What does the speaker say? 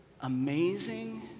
amazing